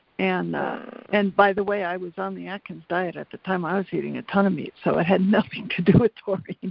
and and by the way i was on the atkins diet at the time, i was eating a ton of meat so it had nothing to do with taurine.